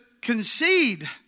concede